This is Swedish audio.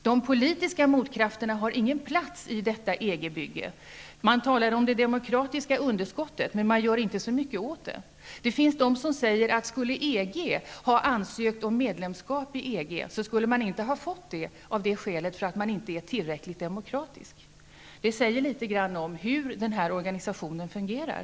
De politiska motkrafterna har ingen plats i detta EG-bygge. Man talar om det demokratiska underskottet. Men man gör inte så mycket åt det. Det finns de som säger att om EG skulle ha ansökt om medlemskap i EG, skulle EG inte ha fått det på grund av att EG inte är tillräckligt demokratiskt. Det säger litet grand om hur organisationen fungerar.